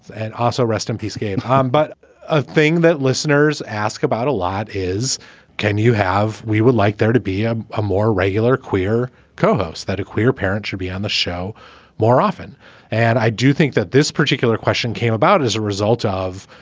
and also rest in peace game. um but a thing that listeners ask about a lot is can you have. we would like there to be a a more regular queer co-host that a queer parent should be on the show more often and i do think that this particular question came about as a result of.